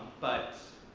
but